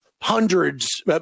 hundreds